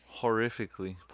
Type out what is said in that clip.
Horrifically